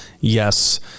yes